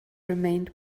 remained